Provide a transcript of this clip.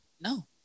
No